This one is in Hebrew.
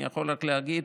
אני יכול רק להגיד